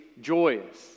joyous